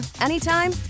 anytime